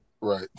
Right